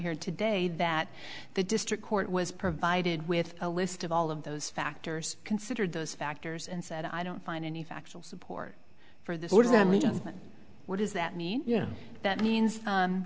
here today that the district court was provided with a list of all of those factors considered those factors and said i don't find any factual support for this or does that mean what does that mean